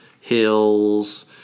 hills